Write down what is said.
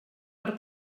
per